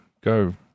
Go